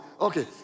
okay